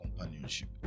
companionship